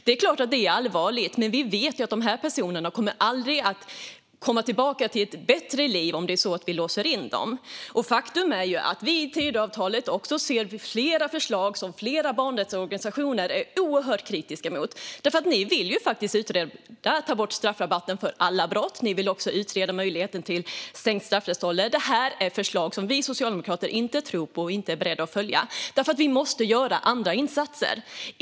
Det är klart att det är allvarligt, men vi vet att dessa personer aldrig kommer att komma tillbaka till ett bättre liv om vi låser in dem. Faktum är att vi i Tidöavtalet också ser flera förslag som flera barnrättsorganisationer är oerhört kritiska mot. Ni vill utreda att ta bort straffrabatten för alla brott. Ni vill också utreda möjligheten till sänkt straffrättsålder. Detta är förslag som vi socialdemokrater inte tror på och inte är beredda att följa. Vi måste göra andra insatser.